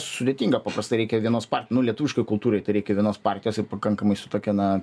sudėtinga paprastai reikia vienos nu lietuviškai kultūrai tai reikia vienos partijos ir pakankamai su tokia na